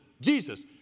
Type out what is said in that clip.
Jesus